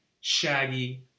shaggy